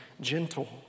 gentle